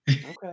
Okay